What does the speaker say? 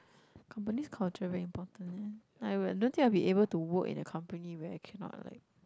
company's culture very important eh I will I don't think I will be able to work in a company where I cannot like